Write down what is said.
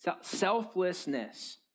Selflessness